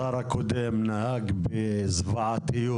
השר הקודם נהג בזוועתיות